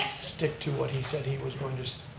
stick to what he said he was going to,